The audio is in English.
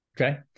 Okay